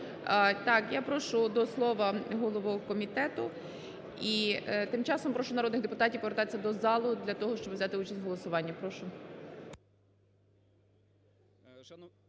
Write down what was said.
Так, я прошу до слова голову комітету. І тим часом прошу народних депутатів повертатися до залу для того, щоб взяти участь в голосуванні, прошу.